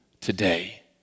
today